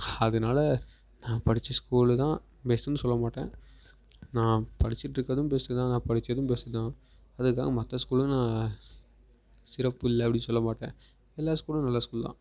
அதனால நான் படித்த ஸ்கூலு தான் பெஸ்ட்டுனு சொல்ல மாட்டேன் நான் படிச்சிட்ருக்குறதும் பெஸ்ட்டு தான் நான் படிச்சதும் பெஸ்ட்டு தான் அதுக்காக மற்ற ஸ்கூலில் நான் சிறப்பு இல்லை அப்படினு சொல்ல மாட்டேன் எல்லா ஸ்கூலும் நல்ல ஸ்கூலு தான்